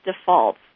defaults